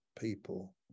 people